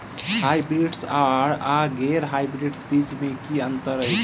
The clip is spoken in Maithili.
हायब्रिडस आ गैर हायब्रिडस बीज म की अंतर होइ अछि?